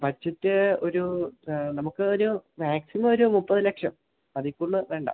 budget ഒരു നമുക്ക് ഒരു മാക്സിമം ഒരു മുപ്പത് ലക്ഷം അതിൽ കൂടുതൽ വേണ്ട